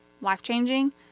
Life-changing